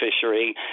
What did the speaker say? fishery